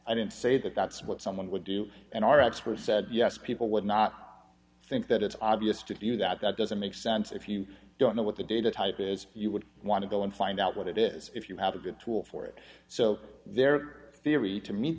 i didn't say that that's what someone would do and our experts said yes people would not think that it's obvious to you that that doesn't make sense if you don't know what the data type is you would want to go and find out what it is if you have a good tool for it so their theory to meet